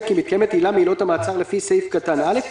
כי מתקיימת עילה מעילות המעצר לפי סעיף קטן (א),